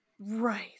right